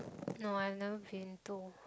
no I've never been to